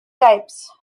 types